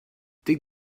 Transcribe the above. dig